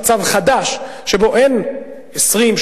יש מצב חדש שבו אין 20,